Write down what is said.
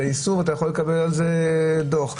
אתה יכול לקבל על זה דוח.